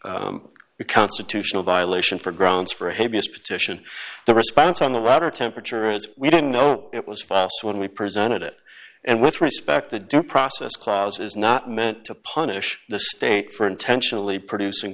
the constitutional violation for grounds for a heinous petition the response on the water temperature as we didn't know it was fast when we presented it and with respect the due process clause is not meant to punish the state for intentionally producing